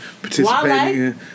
participating